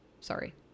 Sorry